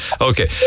Okay